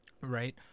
Right